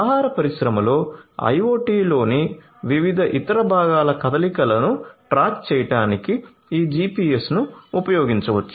ఆహార పరిశ్రమలో IoT లోని వివిధ ఇతర భాగాల కదలికల ను ట్రాక్ చేయడానికి ఈ GPS ను ఉపయోగించవచ్చు